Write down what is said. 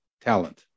talent